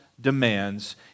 demands